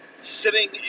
sitting